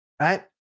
right